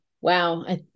Wow